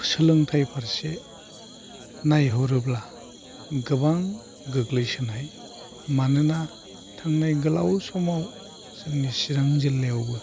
सोलोंथाइ फारसे नायहरोब्ला गोबां गोग्लैसोनाय मानोना थांनाय गोलाव समाव जोंनि चिरां जिल्लायावबो